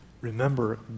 Remember